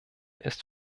ist